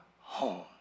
home